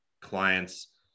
clients